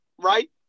right